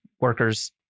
Workers